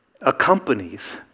accompanies